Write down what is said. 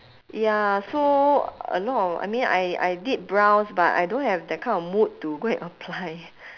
ya so a lot of I mean I I did browse but I don't have that kind of mood to go and apply